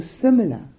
similar